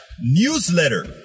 newsletter